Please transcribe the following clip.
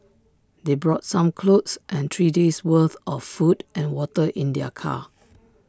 they brought some clothes and three days' worth of food and water in their car